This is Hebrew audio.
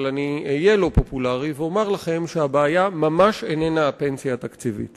אבל אני אהיה לא פופולרי ואומר לכם שהבעיה ממש איננה הפנסיה התקציבית